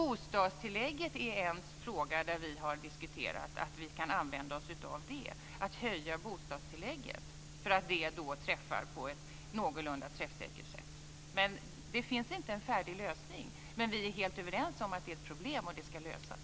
En väg vi har diskuterat att använda oss av är att höja bostadstillägget, eftersom det träffar på ett någorlunda träffsäkert sätt. Det finns ingen färdig lösning, men vi är helt överens om att detta är ett problem och att det ska lösas.